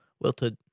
wilted